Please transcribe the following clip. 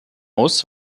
muss